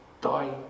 die